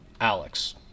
Alex